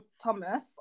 Thomas